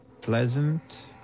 pleasant